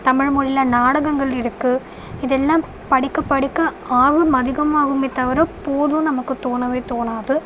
தமிழ்மொழியில் நாடகங்கள் இருக்குது இதெல்லாம் படிக்க படிக்க ஆர்வம் அதிகமாகுமே தவிர போதும்னு நமக்கு தோணவே தோணாது